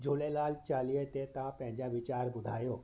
झूलेलाल चालीहे ते तव्हां पंहिंजा वीचार ॿुधायो